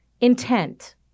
intent